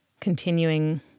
continuing